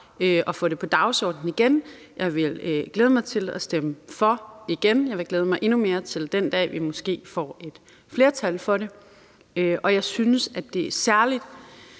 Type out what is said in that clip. at få det på dagsordenen igen. Jeg vil glæde mig til at stemme for igen, og jeg vil glæde mig endnu mere til den dag, hvor vi måske får et flertal for det, og jeg synes særlig